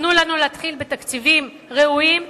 תנו לנו להתחיל בתקציבים ראויים,